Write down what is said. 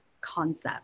concept